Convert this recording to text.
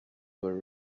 were